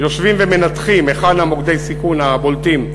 יושבים ומנתחים היכן מוקדי הסיכון הבולטים,